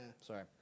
Sorry